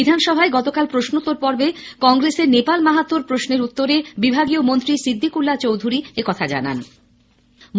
বিধানসভার প্রশ্নোত্তর পর্বে গতকাল কংগ্রেসের নেপাল মাহাতোর প্রশ্নের উত্তরে বিভাগীয় মন্ত্রী সিদ্দিকুল্লা চৌধুরী একথা জানিয়েছেন